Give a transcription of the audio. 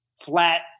flat